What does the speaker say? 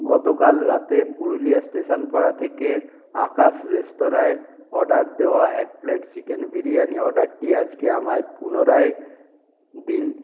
গতকাল রাতে পুরুলিয়া স্টেশন পাড়া থেকে আকাশ রেস্তোরাঁয় অর্ডার দেওয়া এক প্লেট চিকেন বিরিয়ানি অর্ডারটি আজকে আমায় পুনরায় দিন